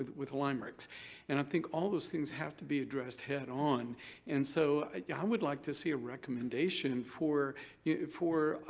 with with lymerix and i think all of those things have to be addressed head-on and so i ah yeah um would like to see a recommendation for yeah for